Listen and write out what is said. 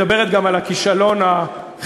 מדברת גם על הכישלון החברתי,